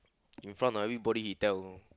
in front of everybody he tell you know